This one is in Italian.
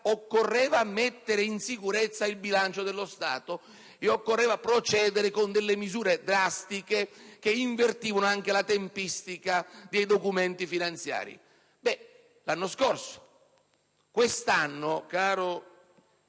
occorreva mettere in sicurezza il bilancio dello Stato e procedere con misure drastiche che invertivano anche la tempistica dei documenti finanziari. Questo accadeva l'anno scorso. Quest'anno, caro